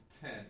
ten